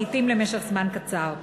לעתים למשך זמן קצר.